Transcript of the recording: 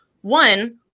one